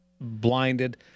blinded